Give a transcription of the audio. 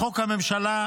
לחוק הממשלה,